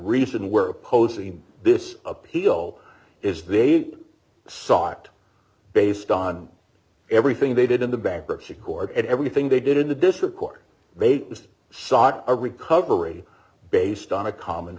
reason we're posing this appeal is they sought based on everything they did in the bankruptcy court and everything they did in the district court rate was sought a recovery based on a common